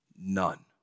None